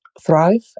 thrive